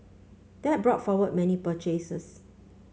that brought forward many purchases